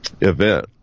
event